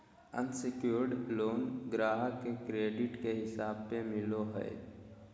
unsecured loan ग्राहक के credit के हिसाब पर मिलो हय